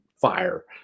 fire